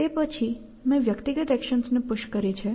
તે પછી મેં વ્યક્તિગત એક્શન્સને પુશ કરી છે